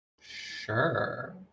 Sure